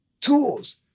tools